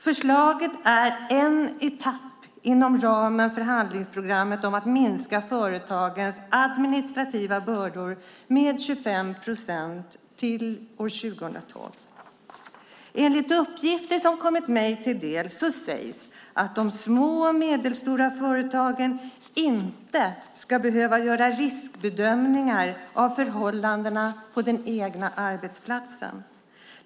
Förslaget är en etapp inom ramen för handlingsprogrammet om att minska företagens administrativa bördor med 25 procent till år 2012. Enligt uppgifter som kommit mig till del sägs att de små och medelstora företagen inte ska behöva göra riskbedömningar av förhållandena på den egna arbetsplatsen.